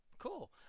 Cool